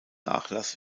nachlass